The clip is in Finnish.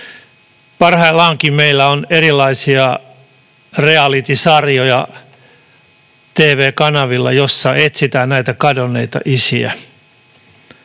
Parhaillaankin meillä on erilaisia realitysarjoja tv-kanavilla, joissa etsitään näitä kadonneita isiä.